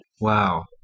Wow